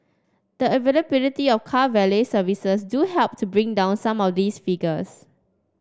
the availability of car valet services do help to bring down some of these figures